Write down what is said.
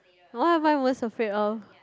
what am I most afraid of